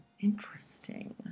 Interesting